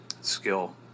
Skill